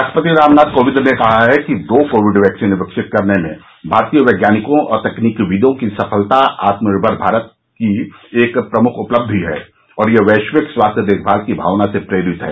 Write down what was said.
राष्ट्रपति रामनाथ कोविंद ने कहा है कि दो कोविड वैक्सीन विकसित करने में भारतीय वैज्ञानिकों और तकनीकविदों की सफलता आत्मनिर्भर भारत अभियान की एक प्रमुख उपलब्धि है और यह वैश्विक स्वास्थ्य देखभाल की भावना से प्रेरित है